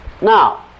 Now